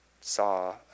saw